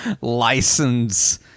license